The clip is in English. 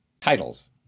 titles